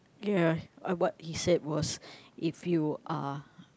ya uh what he said was if you are